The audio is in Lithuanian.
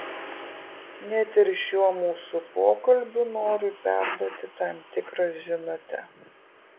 net ir šiuo mūsų pokalbiu noriu perduoti tam tikrą žinutę